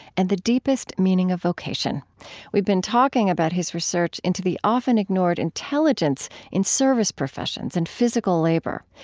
and the deepest meaning of vocation we've been talking about his research into the often-ignored intelligence in service professions and physical labor,